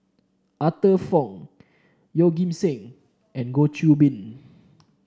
Arthur Fong Yeoh Ghim Seng and Goh Qiu Bin